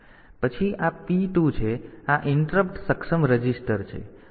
પછી આ P 2 છે આ ઇન્ટરપ્ટ સક્ષમ રજીસ્ટર છે